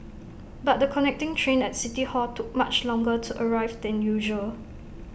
but the connecting train at city hall took much longer to arrive than usual